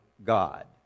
God